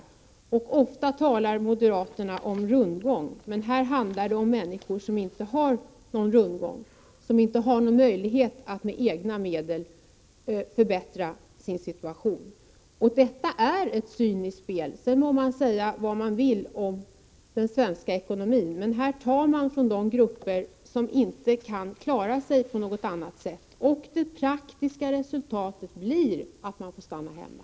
Moderaterna talar så mycket om rundgång, men här handlar det om människor som inte har någon rundgång, som inte har någon möjlighet att med egna medel förbättra sin situation. Detta är ett cyniskt spel, sedan må man säga vad man vill om den svenska ekonomin. Här tar man från de grupper som inte kan klara sig på något annat sätt, och det faktiska resultatet blir att de får stanna hemma.